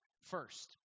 First